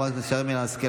חברת הכנסת שרן מרים השכל,